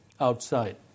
outside